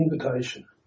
invitation